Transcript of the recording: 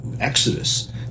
Exodus